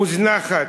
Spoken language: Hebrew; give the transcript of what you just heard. מוזנחת,